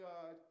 God